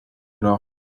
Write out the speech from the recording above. roc